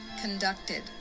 conducted